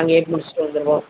அங்கேயே முடிச்சுட்டு வந்துருவோம்